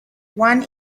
one